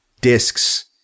discs